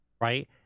right